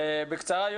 בקצרה.